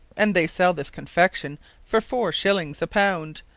and they sell this confection for foure shillings a pound,